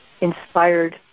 inspired